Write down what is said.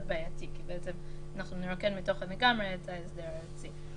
בעייתי כי בעצם אנחנו נרוקן מתוכן לגמרי את ההסדר הארצי.